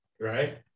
right